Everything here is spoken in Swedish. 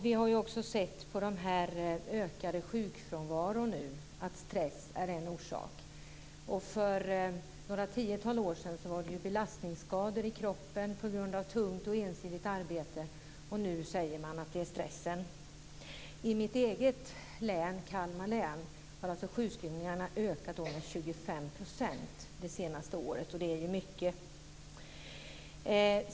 Vi har också sett på den ökade sjukfrånvaron nu att stress är en orsak. För några tiotal år sedan var det ju belastningsskador i kroppen på grund av tungt och ensidigt arbete, och nu säger man att det är stressen. I mitt eget län, Kalmar län, har sjukskrivningarna ökat med 25 % det senaste året, och det är ju mycket.